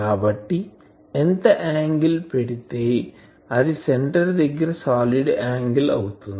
కాబట్టి ఎంత యాంగిల్ పెడితే అది సెంటర్ దగ్గర సాలిడ్ యాంగిల్ అవుతుంది